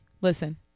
Listen